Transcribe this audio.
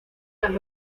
las